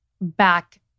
back